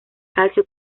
calcio